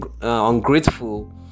ungrateful